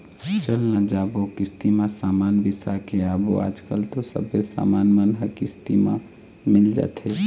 चल न जाबो किस्ती म समान बिसा के आबो आजकल तो सबे समान मन ह किस्ती म मिल जाथे